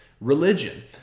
religion